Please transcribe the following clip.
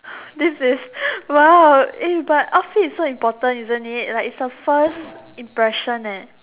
this is !wow! eh but outfit is so important isn't it like it's the first impression eh